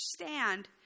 understand